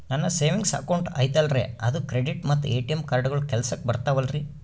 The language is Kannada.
ನನ್ನ ಸೇವಿಂಗ್ಸ್ ಅಕೌಂಟ್ ಐತಲ್ರೇ ಅದು ಕ್ರೆಡಿಟ್ ಮತ್ತ ಎ.ಟಿ.ಎಂ ಕಾರ್ಡುಗಳು ಕೆಲಸಕ್ಕೆ ಬರುತ್ತಾವಲ್ರಿ?